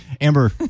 Amber